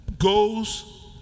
goes